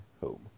home